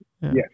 Yes